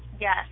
yes